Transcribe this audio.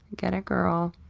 get it giiiirl!